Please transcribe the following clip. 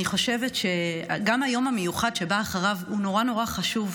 אני חושבת שגם היום המיוחד שבא אחריו הוא נורא נורא חשוב.